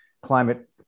climate